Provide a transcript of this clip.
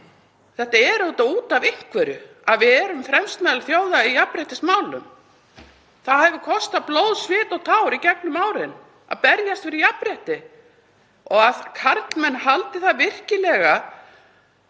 Það er auðvitað út af einhverju að við erum fremst meðal þjóða í jafnréttismálum. Það hefur kostað blóð, svita og tár í gegnum árin að berjast fyrir jafnrétti. Það að karlmenn haldi það virkilega,